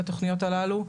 בתכניות הללו.